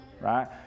right